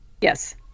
Yes